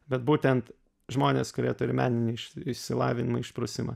bet būtent žmonės kurie turi meninį išsilavinimą išprusimą